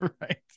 right